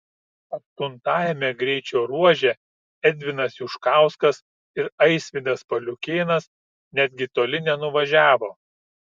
aštuntajame greičio ruože edvinas juškauskas ir aisvydas paliukėnas netgi toli nenuvažiavo